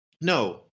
No